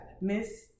Miss